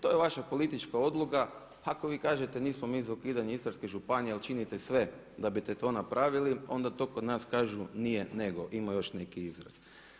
To je vaša politička odluka, ako vi kažete nismo mi za ukidanje Istarske županije ali činite sve da bite to napravili onda to kod nas kažu nije-nego, ima još neki izraz.